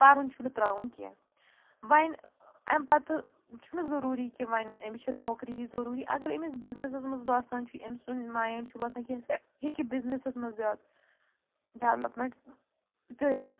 پَرُن چھُنہٕ ترٛاوُن کیٚنٛہہ وۄنۍ اَمۍ پَتہٕ چھُنہٕ ضٔروٗری کہِ وۄنۍ أمِس چھےٚ نوکریی ضٔروٗری اَگر أمِس بِزنِسَس منٛز باسان چھُ أمۍ سُنٛد مایِنٛڈ چھُ باسان ہسا ہیٚکہِ بِزنِسَس منٛز زیادٕ ڈٮ۪ولَمٮ۪نٛٹ کٔرِتھ